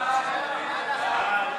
ההסתייגויות לסעיף 70,